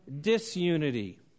disunity